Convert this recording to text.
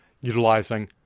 utilizing